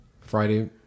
friday